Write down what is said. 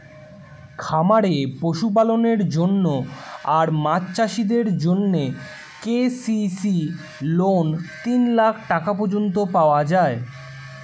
খামারে পশুপালনের জন্য আর মাছ চাষিদের জন্যে কে.সি.সি লোন তিন লাখ টাকা পর্যন্ত পাওয়া যায়